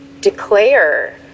declare